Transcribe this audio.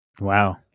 Wow